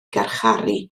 garcharu